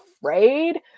afraid